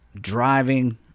driving